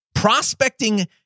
prospecting